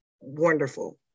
wonderful